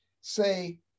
say